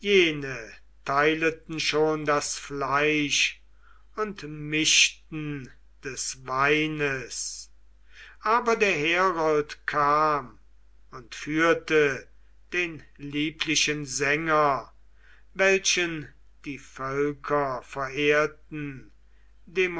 schon das fleisch und mischten des weines aber der herold kam und führte den lieblichen sänger welchen die völker verehrten demodokos